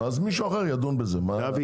גוש דן,